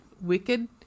Wicked